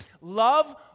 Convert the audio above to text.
love